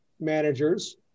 managers